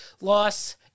loss